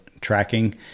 tracking